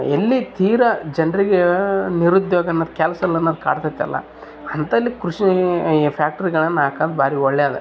ಎಲ್ಲಿ ತೀರ ಜನರಿಗೆ ನಿರುದ್ಯೋಗನ್ನೋದ್ ಕೆಲಸ ಇಲ್ಲ ಅನ್ನೋದು ಕಾಡ್ತದಲ್ಲ ಅಂತಲ್ಲಿ ಕೃಷೀ ಈ ಫ್ಯಾಕ್ಟ್ರಿಗಳನ್ನು ಹಾಕೋದ್ ಭಾರಿ ಒಳ್ಳೆಯದು